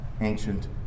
ancient